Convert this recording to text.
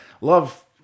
love